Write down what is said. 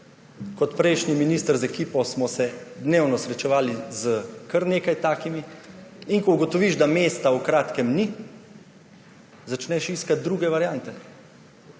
kot prejšnji minister z ekipo smo se dnevno srečevali s kar nekaj takimi zgodbami, da mesta v kratkem ni, začneš iskati druge variante,